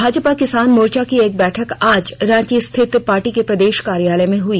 भाजपा किसान मोर्चा की एक बैठक आज रांची स्थित पार्टी के प्रदेश कार्यालय में हई